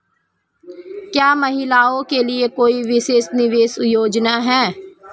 क्या महिलाओं के लिए कोई विशेष निवेश योजना है?